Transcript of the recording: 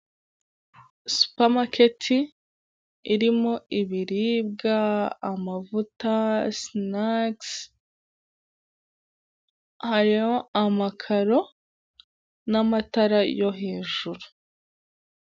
Supamaketi irimo ibiribwa, amavuta, sinikisi, harimo amakaro n'amatara yo hejuru.